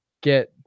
get